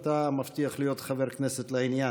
אז אתה מבטיח להיות חבר כנסת לעניין.